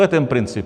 To je ten princip.